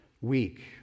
weak